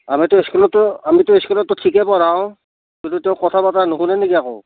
আমিতো স্কুলতো আমিতো স্কুলততো ঠিকেই পঢ়াওঁ কিন্তু তেওঁ কথা বতৰা নুশুনে নেকি একো